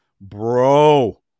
bro